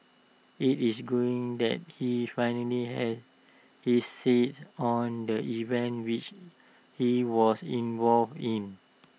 IT is green that he finally has his said on the events which he was involved in